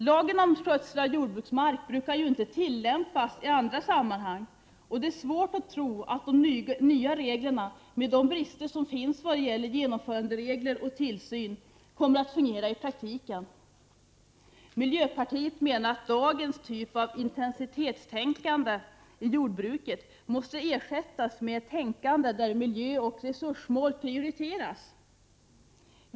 Lagen om skötsel av jordbruksmark brukar ju inte tillämpas i andra sammanhang, och det är svårt att tro att de nya reglerna — med de brister som finns vad gäller genomföranderegler och tillsyn — kommer att fungera i praktiken. Miljöpartiet menar att dagens intensitetstänkande i jordbruket måste ersättas med ett tänkande där miljöoch resursmål prioriteras.